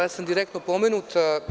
Ja sam direktno pomenut.